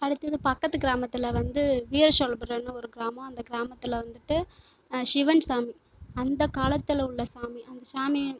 அடுத்தது பக்கத்து கிராமத்தில் வந்து வீரசோழபுரம்னு ஒரு கிராமோம் அந்த கிராமத்தில் வந்துவிட்டு சிவன் சாமி அந்த காலத்தில் உள்ள சாமி அந்த சாமி